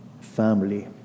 family